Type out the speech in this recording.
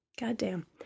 goddamn